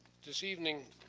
this evening